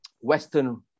western